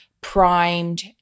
primed